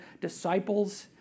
disciples